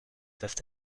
peuvent